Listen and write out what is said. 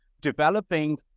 developing